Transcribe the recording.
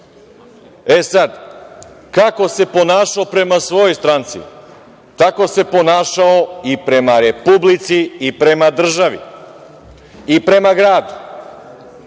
Đilas. Sad kako se ponašao prema svojoj stranci, tako se ponašao i prema Republici i prema državi i prema gradu.